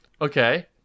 Okay